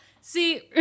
See